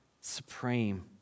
supreme